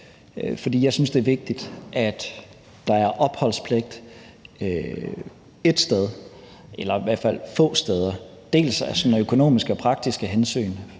jeg synes, det er vigtigt, at der er opholdspligt ét sted, eller i hvert fald få steder – bl.a. af sådan økonomiske og praktiske hensyn,